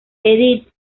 edith